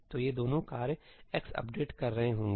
तो ये दोनों कार्य x अपडेट कर रहे होंगे